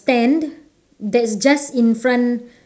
stand that's just in front